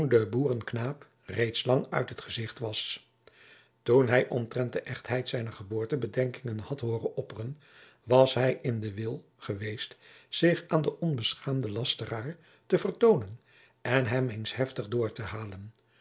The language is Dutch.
de boereknaap reeds lang uit het gezicht was toen hij omtrent de echtheid zijner geboorte bedenkingen had hooren opperen was hij in den wil geweest zich aan den onbeschaamden lasteraar te vertonen en hem eens heftig door te halen